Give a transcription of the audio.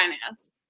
finance